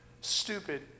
stupid